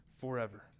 forever